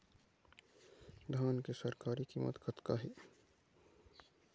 धान के सरकारी कीमत कतका हे?